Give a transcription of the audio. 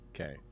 Okay